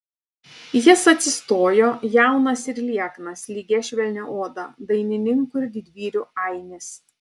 jis atsistojo jaunas ir lieknas lygia švelnia oda dainininkų ir didvyrių ainis